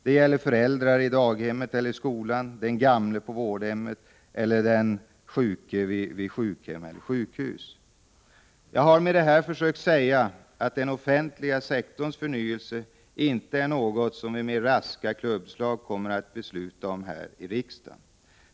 Det gäller föräldrar i daghemmet eller skolan, den gamle på vårdhemmet eller den sjuke på sjukhem eller sjukhus. Jag har med det här försökt säga att den offentliga sektorns förnyelse inte är något som vi med raska klubbslag kommer att besluta om här i riksdagen.